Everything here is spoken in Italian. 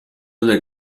delle